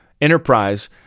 enterprise